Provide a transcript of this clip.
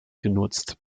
genutzt